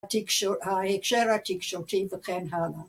התקש..אה.. ההקשר התקשורתי וכן הלאה.